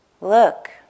Look